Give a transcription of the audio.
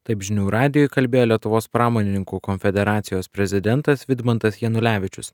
taip žinių radijui kalbėjo lietuvos pramonininkų konfederacijos prezidentas vidmantas janulevičius